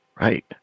Right